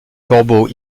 corbeaux